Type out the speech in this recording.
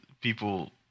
people